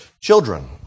Children